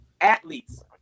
athletes